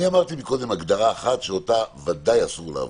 אני אמרתי קודם הגדרה אחת שאותה בוודאי אסור לעבור,